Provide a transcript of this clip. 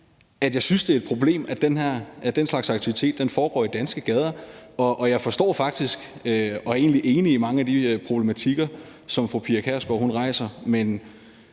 at jeg synes, det er et problem, at den slags aktivitet foregår i danske gader, og jeg forstår faktisk og er egentlig enig i mange af de problematikker, som fru Pia Kjærsgaard rejser, men